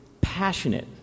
passionate